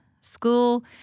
school